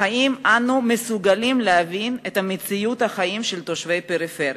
אך האם אנו מסוגלים להבין את מציאות החיים של תושבי הפריפריה?